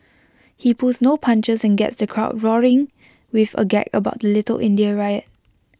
he pulls no punches and gets the crowd roaring with A gag about the little India riot